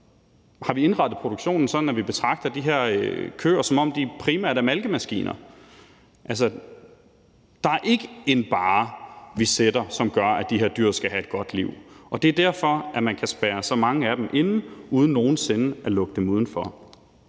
har vi indrettet produktionen sådan, at vi betragter de køer, som om de primært er malkemaskiner. Der er ikke én barre, vi sætter, som gør, at de her dyr skal have et godt liv. Det er derfor, at man kan spærre så mange af dem inde uden nogen sinde at lukke dem ud.